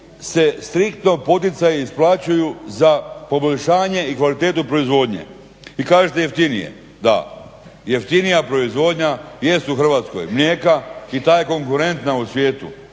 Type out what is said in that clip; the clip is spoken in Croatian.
se striktno poticaji isplaćuju za poboljšanje i kvalitetu proizvodnje i kažete jeftinije. Da, jeftinija proizvodnja jest u Hrvatskoj mlijeka i ta je konkurentna u svijetu